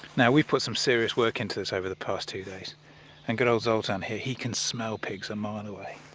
now we have put some serious work into this over the past two days and good old zoltan here he can smell pigs a mile and away.